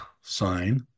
sign